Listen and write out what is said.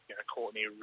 Courtney